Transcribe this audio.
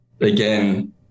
again